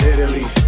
Italy